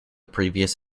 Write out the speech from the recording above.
previous